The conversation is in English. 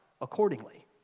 accordingly